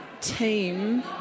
team